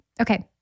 Okay